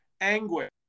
anguish